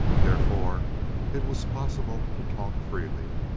therefore it was possible to talk freely.